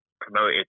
promoted